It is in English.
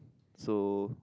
so